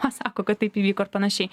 pasako kad taip įvyko ir panašiai